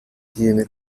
tiene